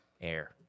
Air